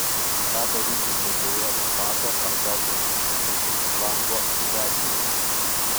ką daryti tokioje pato ar gal net cugcvango situacijoje